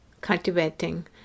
cultivating